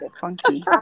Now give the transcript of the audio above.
funky